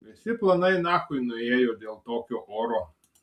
visi planai nachui nuėjo dėl tokio oro